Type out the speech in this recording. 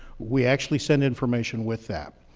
we actually send information with that,